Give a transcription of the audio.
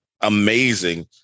amazing